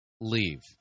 leave